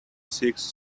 seeks